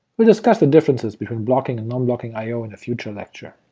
we'll discuss the differences between blocking and non-blocking i o in a future lecture.